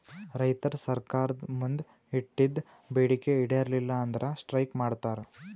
ರೈತರ್ ಸರ್ಕಾರ್ದ್ ಮುಂದ್ ಇಟ್ಟಿದ್ದ್ ಬೇಡಿಕೆ ಈಡೇರಲಿಲ್ಲ ಅಂದ್ರ ಸ್ಟ್ರೈಕ್ ಮಾಡ್ತಾರ್